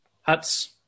hut's